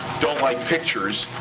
don't like pictures,